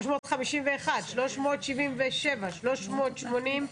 351, 377, 380,